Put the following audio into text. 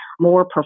more